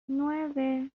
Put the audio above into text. nueve